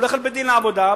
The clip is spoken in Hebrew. הוא הולך לבית-הדין לעבודה,